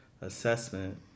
assessment